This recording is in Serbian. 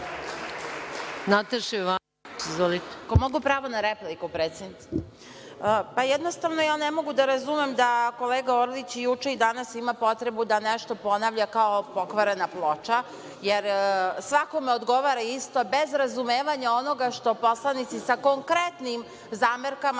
**Nataša Jovanović** Ako mogu pravo na repliku predsednice. Jednostavno, ja ne mogu da razumem da kolega Orlić, juče i danas ima potrebu da nešto ponavlja kao pokvarena ploča, jer svakome odgovara isto bez razumevanja onoga što poslanici sa konkretnim zamerkama.